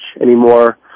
anymore